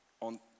On